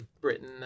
britain